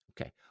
okay